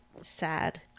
sad